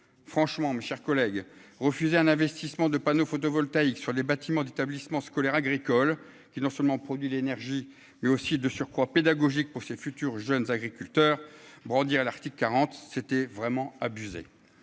franchement, mes chers collègues, refuser un investissement de panneaux photovoltaïques sur les bâtiments d'établissements scolaires agricoles qui non seulement produit l'énergie, mais aussi de surcroît pédagogique pour ses futurs jeunes agriculteurs brandir l'Arctique quarante c'était vraiment abusé